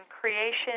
creation